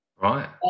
Right